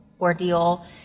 ordeal